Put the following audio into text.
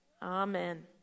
Amen